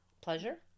pleasure